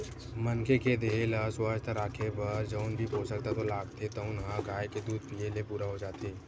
मनखे के देहे ल सुवस्थ राखे बर जउन भी पोसक तत्व लागथे तउन ह गाय के दूद पीए ले पूरा हो जाथे